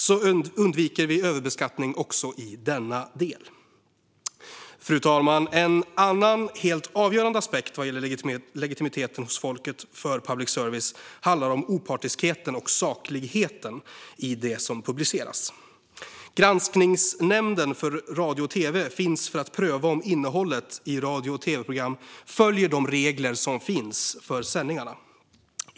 Så undviker vi överbeskattning också i denna del. Fru talman! En annan, helt avgörande aspekt vad gäller legitimiteten hos folket för public service handlar om opartiskheten och sakligheten i det som publiceras. Granskningsnämnden för radio och tv finns för att pröva om innehållet i radio och tv-program följer de regler som finns för sändningarna.